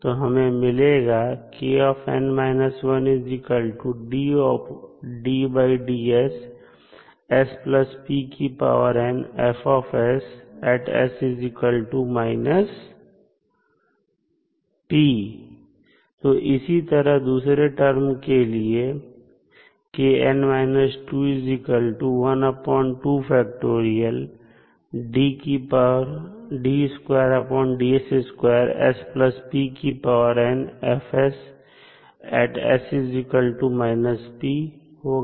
तो हमें मिलेगा इसी तरह दूसरे टर्म के लिए होगा